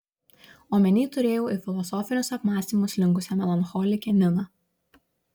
omeny turėjau į filosofinius apmąstymus linkusią melancholikę niną